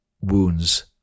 wounds